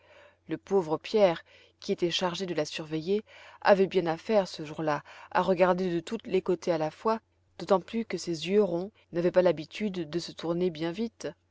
le pauvre pierre qui était chargé de la surveiller avait bien à faire ce jour-là à regarder de tous les côtés à la fois d'autant plus que ses yeux ronds n'avaient pas l'habitude de se tourner bien vite